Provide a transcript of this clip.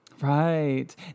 Right